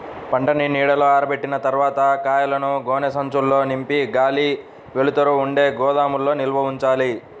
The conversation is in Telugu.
పంటని నీడలో ఆరబెట్టిన తర్వాత కాయలను గోనె సంచుల్లో నింపి గాలి, వెలుతురు ఉండే గోదాముల్లో నిల్వ ఉంచాలి